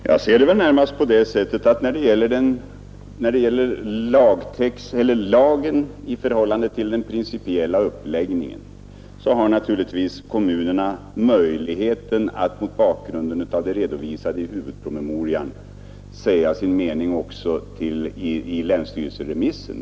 Herr talman! Jag ser det närmast på det sättet, att när det gäller lagstiftningen i förhållande till den principiella uppläggningen av planeringen har kommunerna möjlighet att mot bakgrunden av det som redovisas i huvudpromemorian säga sin mening också i länsstyrelseremissen.